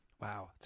Wow